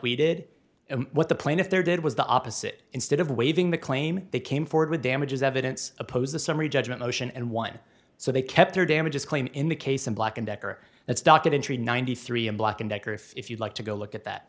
we did what the plaintiff there did was the opposite instead of waiving the claim they came forward with damages evidence opposed the summary judgment motion and won so they kept their damages claim in the case of black and decker it's documentary ninety three a black and decker if you like to go look at that